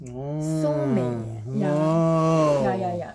oh woah